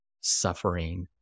suffering